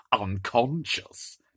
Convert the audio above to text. unconscious